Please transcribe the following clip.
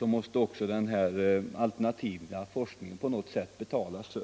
måste den alternativa forskningen på något sätt betalas.